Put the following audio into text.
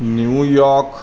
New York